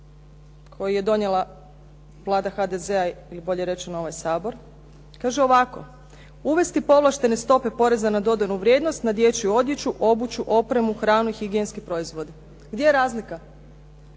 koji je donijela Vlada HDZ-a ili bolje rečeno ovaj Sabor. Kaže ovako: “Uvesti povlaštene stope poreza na dodanu vrijednost na dječju odjeću, obuću, opremu, hranu i higijenske proizvode.“ Gdje je razlika?